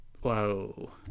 Whoa